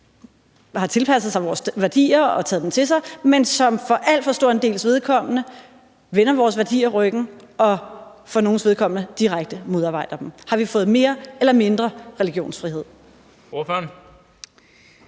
har tilpasset sig vores værdier og taget dem til sig, men som for alt for stor en dels vedkommende vender vores værdier ryggen, og som for nogles vedkommende direkte modarbejder dem? Har vi fået mere eller mindre religionsfrihed?